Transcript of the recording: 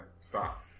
stop